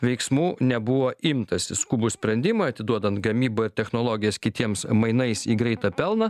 veiksmų nebuvo imtasi skubų sprendimą atiduodant gamybą ir technologijas kitiems mainais į greitą pelną